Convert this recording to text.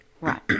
Right